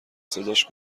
صداش